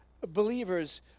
Believers